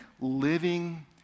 living